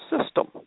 system